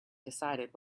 decided